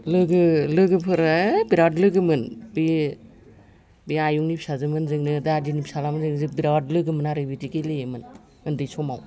लोगो लोगोफोरा ओय बेराद लोगोमोन बे बे आयंनि फिसाजोमोनजोंनो दादिनि फिसाज्लामोनजों जों बिराद लोगोमोन आरो बिदि गेलेयोमोन उन्दै समाव